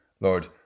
Lord